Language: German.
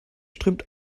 strömt